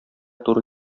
туры